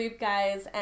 guys